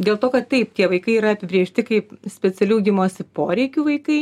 dėl to kad taip tie vaikai yra apibrėžti kaip specialių ugdymosi poreikių vaikai